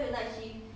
A&E 而已 mah